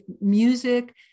music